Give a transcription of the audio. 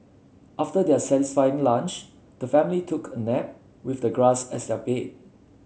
after their satisfying lunch the family took a nap with the grass as their bed